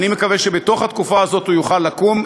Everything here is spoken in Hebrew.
אני מקווה שבתוך התקופה הזאת הוא יוכל לקום.